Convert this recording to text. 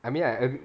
I mean I